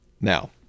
Now